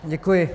Děkuji.